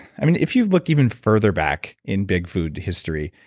i mean if you look even further back in big food to history,